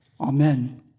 Amen